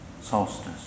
Solstice